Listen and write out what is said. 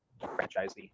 franchisee